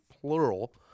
plural